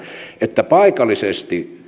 että paikallisesti